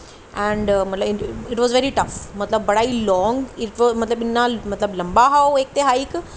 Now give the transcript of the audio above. and मतलब it is very tough मतलब बड़ी गै लांग मतलब इन्ना लंबा हा इक ते हाइक